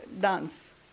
dance